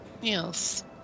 Yes